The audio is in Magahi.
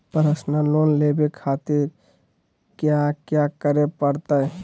पर्सनल लोन लेवे खातिर कया क्या करे पड़तइ?